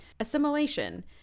Assimilation